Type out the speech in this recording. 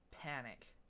Panic